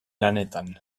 lanetan